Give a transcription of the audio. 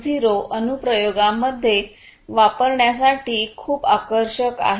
0 अनुप्रयोगां मध्ये वापरण्यासाठी खूप आकर्षक आहेत